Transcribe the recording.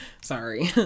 Sorry